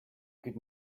could